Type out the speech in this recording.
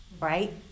right